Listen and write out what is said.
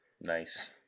Nice